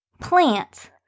plants